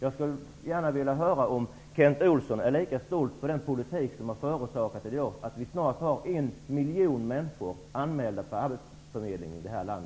Jag skulle gärna vilja veta om Kent Olsson är lika stolt över den politik som i dag har förorsakat att vi snart har en miljon människor anmälda hos arbetsförmedlingarna i detta land.